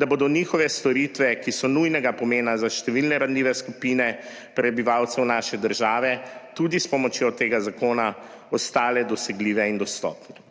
da bodo njihove storitve, ki so nujnega pomena za številne ranljive skupine prebivalcev naše države, tudi s pomočjo tega zakona ostale dosegljive in dostopne.